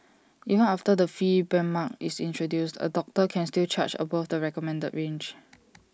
even after the fee benchmark is introduced A doctor can still charge above the recommended range